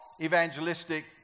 evangelistic